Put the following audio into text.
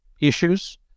issues